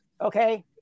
okay